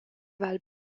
val